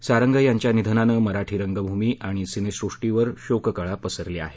सारंग यांच्या निधनानं मराठी रंगभूमी आणि सिनेसृष्टीवर शोककळा पसरली आहे